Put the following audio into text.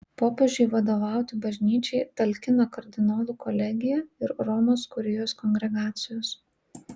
popiežiui vadovauti bažnyčiai talkina kardinolų kolegija ir romos kurijos kongregacijos